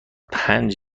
پنج